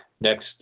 next